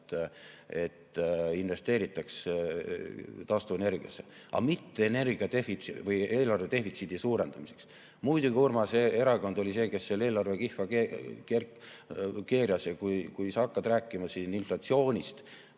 et investeeritaks taastuvenergiasse, aga mitte eelarve defitsiidi suurendamiseks. Muidugi, Urmase erakond oli see, kes selle eelarve kihva keeras. Sa hakkasid rääkima inflatsioonist,